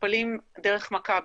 מטופלים דרך מכבי,